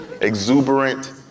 Exuberant